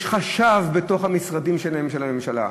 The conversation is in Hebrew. יש חשב בתוך המשרדים שלהם, של הממשלה.